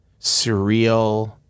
surreal